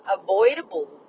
avoidable